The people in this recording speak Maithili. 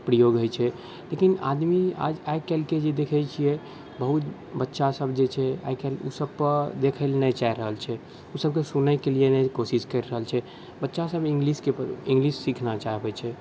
प्रयोग होइ छै लेकिन आदमी आज आइ कल्हिके जे देखै छिए बहुत बच्चासब जे छै आइ कल्हि ओ सबपर देखैलए नहि चाहि रहल छै ओ सबके सुनैके लिए नहि कोशिश करि रहल छै बच्चासब इङ्गलिशके इङ्गलिश सीखना चाहै छै